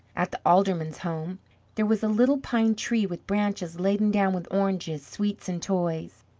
at the alderman's home there was a little pine-tree with branches laden down with oranges, sweets, and toys.